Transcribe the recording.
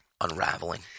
Unraveling